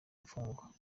imfungwa